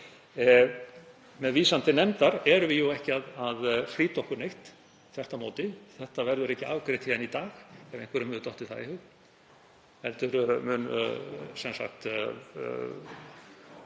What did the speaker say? Með vísan til nefndar erum við jú ekki að flýta okkur neitt, þvert á móti. Þetta verður ekki afgreitt héðan í dag ef einhverjum hefur dottið það í hug,